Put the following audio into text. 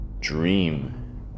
dream